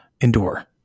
endure